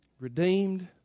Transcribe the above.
Redeemed